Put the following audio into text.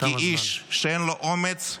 כי איש שאין לו אומץ,